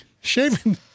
Shaving